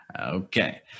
Okay